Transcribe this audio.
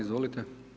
Izvolite.